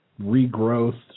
regrowth